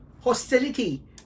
hostility